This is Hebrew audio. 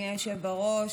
אדוני היושב בראש,